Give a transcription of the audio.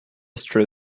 throw